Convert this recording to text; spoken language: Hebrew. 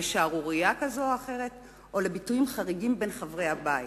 לשערורייה כזאת או אחרת או לביטויים חריגים בין חברי הכנסת.